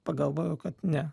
pagalvojau kad ne